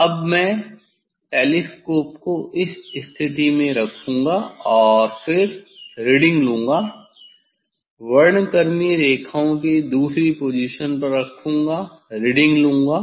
अब मैं टेलीस्कोप को इस स्थिति में रखूंगा और फिर रीडिंग लूंगा वर्णक्रमीय रेखाओं की दूसरी पोजीशन पर रखूंगा रीडिंग लूंगा